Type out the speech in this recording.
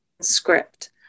script